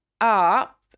up